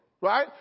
Right